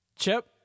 Chip